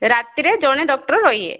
ରାତିରେ ଜଣେ ଡକ୍ଟର ରହିବେ